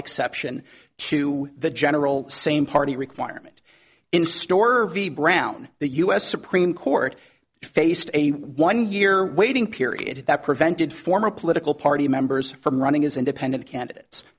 exception to the general same party requirement in store v brown the us supreme court faced a one year waiting period that prevented former political party members from running as independent candidates